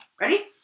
Ready